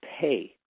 pay